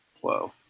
whoa